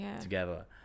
together